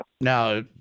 Now